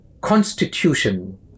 constitution